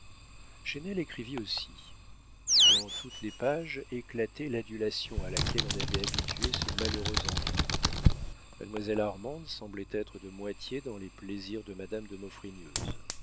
écrivit aussi dans toutes les pages éclatait l'adulation à laquelle on avait habitué ce malheureux enfant mademoiselle armande semblait être de moitié dans les plaisirs de madame de